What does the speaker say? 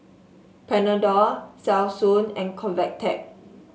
Panadol Selsun and Convatec